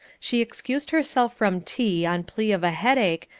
she excused herself from tea on plea of a headache,